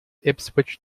ipswich